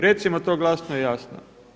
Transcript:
Recimo to glasno i jasno!